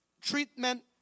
Treatment